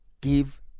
give